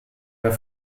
wir